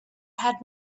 had